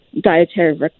dietary